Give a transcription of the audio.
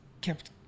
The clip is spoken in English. kept